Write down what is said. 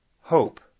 hope